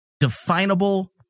definable